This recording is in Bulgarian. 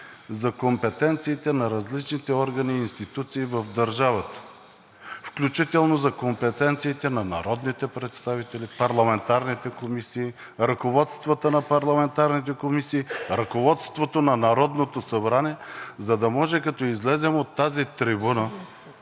за компетенциите на различните органи и институции в държавата, включително за компетенциите на народните представители, парламентарните комисии, ръководствата на парламентарните комисии, ръководството на Народното събрание, за да може, като излезем от тази трибуна,